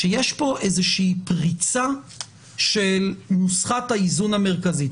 שיש פה איזושהי פריצה של נוסחת האיזון המרכזית.